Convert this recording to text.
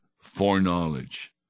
foreknowledge